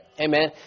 amen